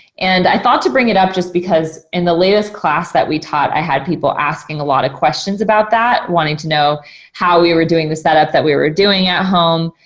and i thought to bring it up just because in the latest class that we taught, i had people asking a lot of questions about that, wanting to know how we were doing the setup that we were doing at home.